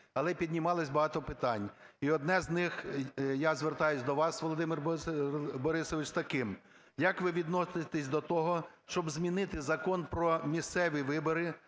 Але піднімалось багато питань. І одне з них, я звертаюсь до вас, Володимир Борисович, з таким. Як ви відноситесь до того, щоб змінити Закон "Про місцеві вибори",